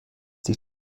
sich